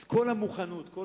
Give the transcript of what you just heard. אז כל המוכנות, כל